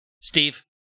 Steve